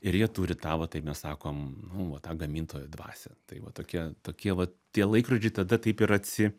ir jie turi tą va taip mes sakom nu va tą gamintojo dvasią tai va tokie tokie vat tie laikrodžiai tada taip ir atsi